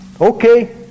Okay